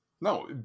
No